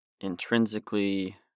intrinsically